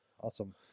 awesome